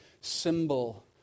symbol